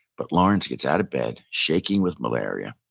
but lawrence gets out of bed, shaking with malaria,